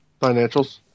Financials